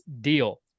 deal